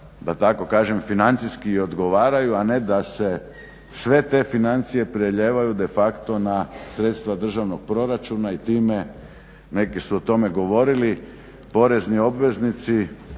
da tako kažem financijski odgovaraju, a ne da se sve te financije prelijevaju de facto na sredstva državnog proračuna i time neki su o tome govorili, porezni obveznici